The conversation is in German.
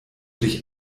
dich